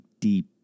deep